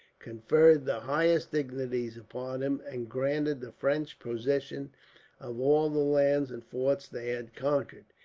conferred the highest dignities upon him, and granted the french possession of all the lands and forts they had conquered.